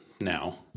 now